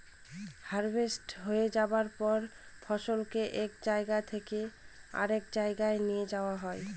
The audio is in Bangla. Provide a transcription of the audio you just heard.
হার্ভেস্ট হয়ে যায়ার পর ফসলকে এক জায়গা থেকে আরেক জাগায় নিয়ে যাওয়া হয়